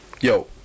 yo